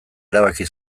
erabaki